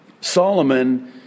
Solomon